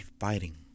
fighting